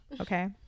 okay